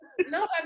no